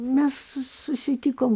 mes sus susitikom